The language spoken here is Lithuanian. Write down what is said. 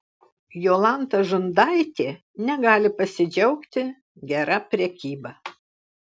jolanta žundaitė negali pasidžiaugti gera prekyba